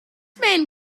man